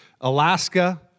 Alaska